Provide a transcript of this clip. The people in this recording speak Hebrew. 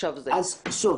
אז שוב,